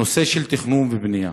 נושא של תכנון ובנייה.